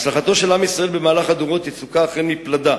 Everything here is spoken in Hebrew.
הצלחתו של עם ישראל במהלך הדורות אכן יצוקה מפלדה,